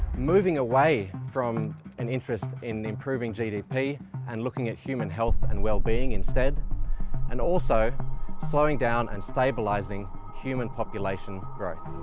moving away from an interest in improving gdp and looking at human health and well-being instead and also slowing down and stabilizing human population growth